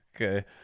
Okay